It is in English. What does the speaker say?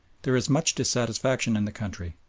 there is much dissatisfaction in the country.